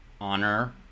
honor